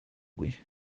qui